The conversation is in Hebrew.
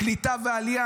קליטה ועלייה,